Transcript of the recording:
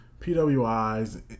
PWIs